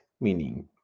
meaning